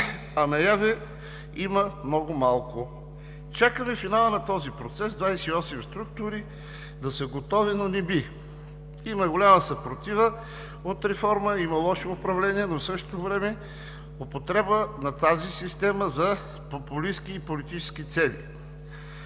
а наяве има много малко. Чакаме финала на този процес – 28 структури да са готови, но не би! Има голяма съпротива от реформа, има лоши управления, но в същото време употреба на тази система за популистки и политически цели.